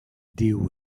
deal